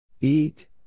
Eat